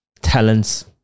talents